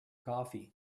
coffee